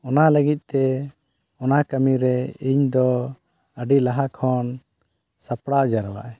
ᱚᱱᱟ ᱞᱟᱹᱜᱤᱫᱛᱮ ᱚᱱᱟ ᱠᱟᱹᱢᱤᱨᱮ ᱤᱧᱫᱚ ᱟᱹᱰᱤ ᱞᱟᱦᱟ ᱠᱷᱚᱱ ᱥᱟᱯᱲᱟᱣ ᱡᱟᱣᱨᱟᱜᱟᱹᱧ